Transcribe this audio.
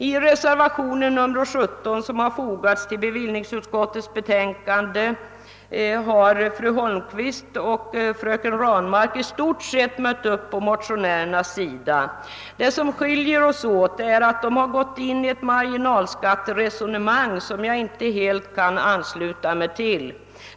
I reservationen 17 till bevillningsutskottets betänkande nr 40 har fru Holmqvist och fröken Ranmark i stort sett ställt upp på motionärernas sida. Det som skiljer oss åt är att de har gått in i ett marginalskatteresonemang, som jag inte helt kan ansluta mig till.